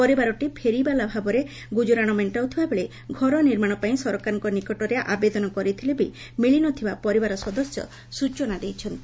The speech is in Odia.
ପରିବାରଟି ଫେରିବାଲା ଭାବରେ ଗୁଜୁରାଣ ମେକ୍କାଉଥିବା ବେଳେ ଘର ନିର୍ମାଶ ପାଇଁ ସରକାରଙ୍କ ନିକଟରେ ଆବେଦନ କରିଥିଲେ ବି ମିଳି ନ ଥିବା ପରିବାର ସଦସ୍ୟ ସ୍ଚନା ଦେଇଛନ୍ତି